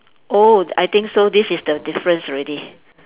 oh I think so this is the difference already